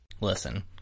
Listen